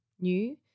new